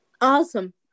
Awesome